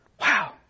Wow